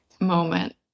moment